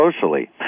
socially